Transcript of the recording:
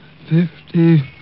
fifty